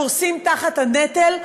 קורסים תחת הנטל,